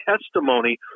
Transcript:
testimony